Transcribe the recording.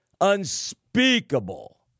unspeakable